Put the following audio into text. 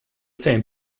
same